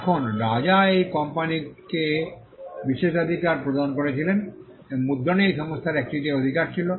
এখন রাজা এই কোম্পানিকে বিশেষাধিকার প্রদান করেছিলেন এবং মুদ্রণে এই সংস্থার একচেটিয়া অধিকার ছিল